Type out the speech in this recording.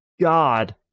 God